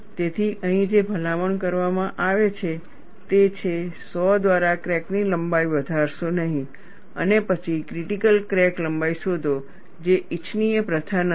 તેથી અહીં જે ભલામણ કરવામાં આવે છે તે છે સો દ્વારા ક્રેકની લંબાઈ વધારશો નહીં અને પછી ક્રિટીકલ ક્રેક લંબાઈ શોધો જે ઇચ્છનીય પ્રથા નથી